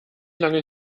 lange